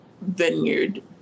Vineyard